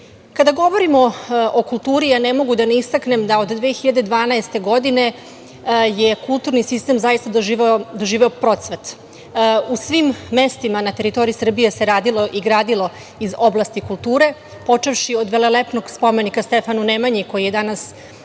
govorimo o kulturi ne mogu da ne istaknem da od 2012. godine je kulturni sistem zaista doživeo procvat. U svim mestima ne teritoriji Srbije se radilo i gradilo iz oblasti kulture, počevši od velelepnog spomenika Stefanu Nemanji koji je danas